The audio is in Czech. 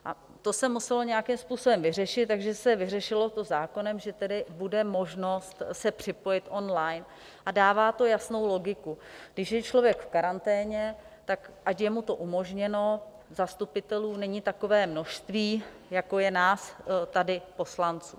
A to se muselo nějakým způsobem vyřešit, takže se to vyřešilo zákonem, že bude možno se připojit online, a dává to jasnou logiku: když je člověk v karanténě, tak ať je mu to umožněno, zastupitelů není takové množství, jako je nás tady poslanců.